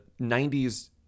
90s